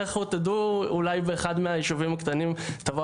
לכו תדעו אולי באחד מהיישובים הקטנים תבוא